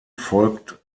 folgt